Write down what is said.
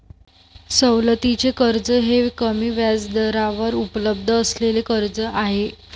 सवलतीचे कर्ज हे कमी व्याजदरावर उपलब्ध असलेले कर्ज आहे